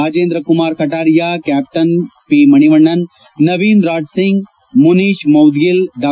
Rajendra Kumar Kataria captain P Manivannan Naveen Raj Singh Muneet Moudgil ಡಾ